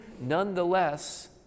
nonetheless